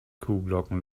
kuhglocken